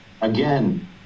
again